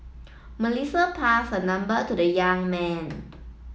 Melissa passed her number to the young man